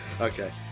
Okay